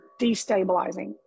destabilizing